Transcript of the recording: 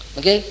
Okay